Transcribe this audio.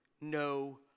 no